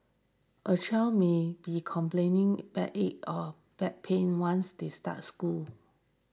a child maybe complaining back it a back pain once they start school